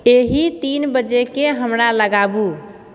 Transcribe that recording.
एहि तीन बजेके हमरा लगाबू